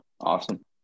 Awesome